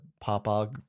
Papa